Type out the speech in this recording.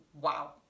wow